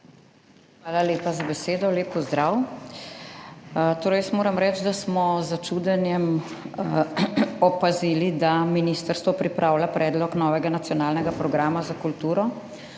Hvala lepa za besedo. Lep pozdrav! Jaz moram reči, da smo z začudenjem opazili, da ministrstvo pripravlja predlog novega nacionalnega programa za kulturo,